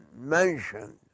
mentioned